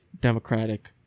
democratic